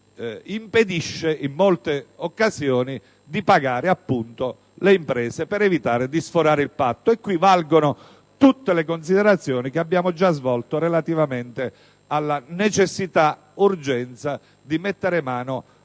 appunto, in molte occasioni di pagare le imprese per evitare di sforare il patto. In questo caso valgono tutte le considerazioni che abbiamo già svolto relativamente alla necessità e all'urgenza di mettere mano